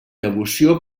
devoció